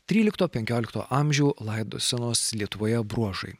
trylikto penkiolikto amžių laido senosios lietuvoje bruožai